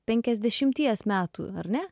penkiasdešimties metų ar ne